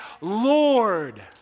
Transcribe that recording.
Lord